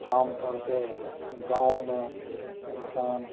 आमतौर पर गाँवों में इंसान